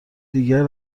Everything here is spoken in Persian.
دیگر